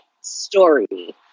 story